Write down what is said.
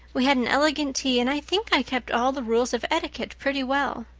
we had an elegant tea, and i think i kept all the rules of etiquette pretty well.